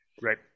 Right